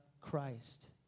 Christ